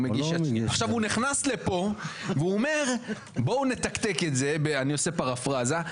הוא נכנס לפה ואומר: בואו נתקתק את זה אני עושה פרפראזה,